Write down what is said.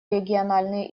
региональные